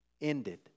ended